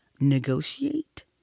negotiate